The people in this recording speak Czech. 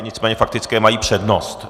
Nicméně faktické mají přednost.